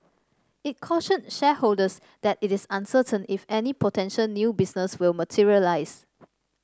it cautioned shareholders that it is uncertain if any potential new business will materialise